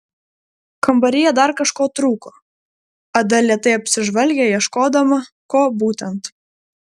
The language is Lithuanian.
kambaryje dar kažko trūko ada lėtai apsižvalgė ieškodama ko būtent